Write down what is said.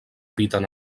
habiten